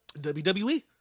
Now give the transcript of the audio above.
WWE